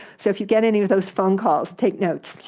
so if you get any of those phone calls, take notes,